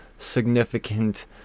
significant